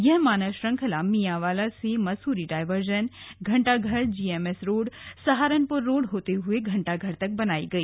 यह मानव श्रृंखला मियांवाला से Mussoorie diversion Ghantaghar GMS road Saharanpur road होते हुए घंटाघर तक बनाई गई